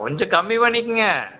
கொஞ்சம் கம்மி பண்ணிக்கங்க